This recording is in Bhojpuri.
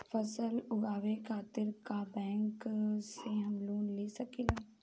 फसल उगावे खतिर का बैंक से हम लोन ले सकीला?